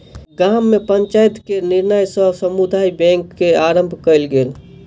गाम में पंचायत के निर्णय सॅ समुदाय बैंक के आरम्भ कयल गेल